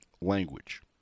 language